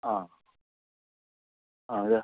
ആ ആ ഇതാ